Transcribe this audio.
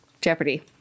Jeopardy